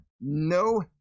no